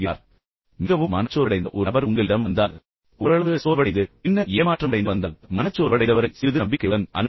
கடைசியாக மிகவும் மனச்சோர்வடைந்த ஒரு நபர் உங்களிடம் வந்தால் ஓரளவு சோர்வடைந்து பின்னர் ஏமாற்றமடைந்து வந்தால் மனச்சோர்வடைந்தவரை சிறிது நம்பிக்கையுடன் அனுப்புங்கள்